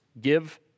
Give